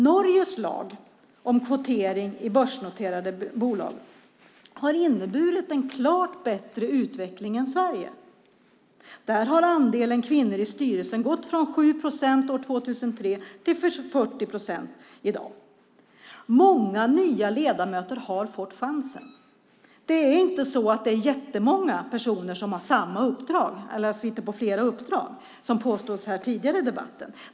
Norges lag om kvotering i börsnoterade bolag har inneburit en klart bättre utveckling än i Sverige. Där har andelen kvinnor i styrelser gått från 7 procent 2003 till 40 procent i dag. Många nya ledamöter har fått chansen. Det är inte så att det är jättemånga personer som sitter på flera uppdrag, vilket påstods tidigare i debatten.